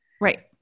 Right